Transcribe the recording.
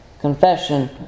Confession